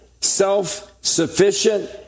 self-sufficient